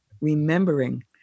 remembering